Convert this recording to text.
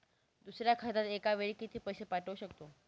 दुसऱ्या खात्यात एका वेळी किती पैसे पाठवू शकतो?